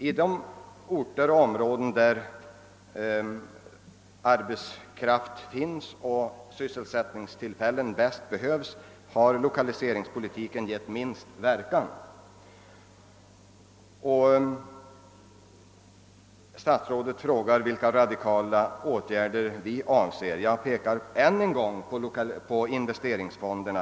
På de orter och inom de områden där arbetskraft finns och sysselsättningstillfällen bäst behövs har lokaliseringspolitiken givit det minsta resultatet. Statsrådet frågar vilka radikala åtgärder vi önskar få till stånd. Jag ber än en gång att få hänvisa till vad jag sagt om investeringsfonderna.